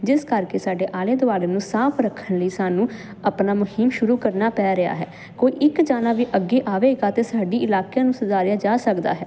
ਜਿਸ ਕਰਕੇ ਸਾਡੇ ਆਲੇ ਦੁਆਲੇ ਨੂੰ ਸਾਫ ਰੱਖਣ ਲਈ ਸਾਨੂੰ ਆਪਣਾ ਮੁਹਿੰਮ ਸ਼ੁਰੂ ਕਰਨਾ ਪੈ ਰਿਹਾ ਹੈ ਕੋਈ ਇੱਕ ਜਣਾ ਵੀ ਅੱਗੇ ਆਵੇਗਾ ਤੇ ਸਾਡੀ ਇਲਾਕਿਆਂ ਨੂੰ ਸਧਾਰਿਆ ਜਾ ਸਕਦਾ ਹੈ